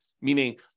meaning